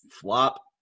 flop